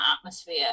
atmosphere